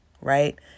right